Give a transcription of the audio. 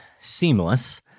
seamless